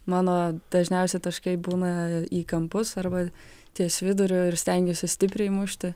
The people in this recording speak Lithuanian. mano dažniausi taškai būna į kampus arba ties viduriu ir stengiuosi stipriai mušti